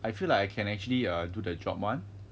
I feel like I can actually err do the job [one]